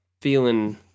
feeling